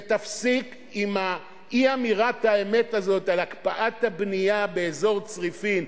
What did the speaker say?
ותפסיק עם אי-אמירת האמת הזאת על הקפאת הבנייה באזור צריפין,